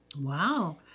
Wow